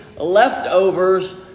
leftovers